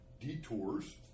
detours